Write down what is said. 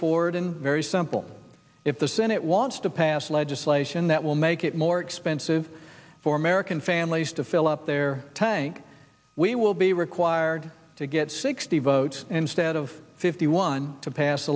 straightforward and very simple if the senate wants to pass legislation that will make it more expensive for american families to fill up their tank we will be required to get sixty votes instead of fifty one to pass